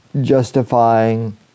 justifying